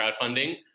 crowdfunding